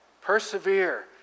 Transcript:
Persevere